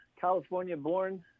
California-born